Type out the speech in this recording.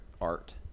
art